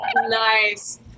Nice